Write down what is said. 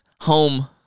home